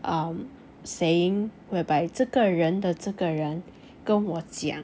um saying whereby 这个人的这个人跟我讲